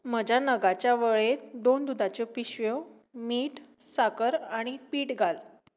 म्हज्या नगांच्या वळेत दोन दुदाच्यो पिशव्यो मीठ साखर आनी पीठ घाल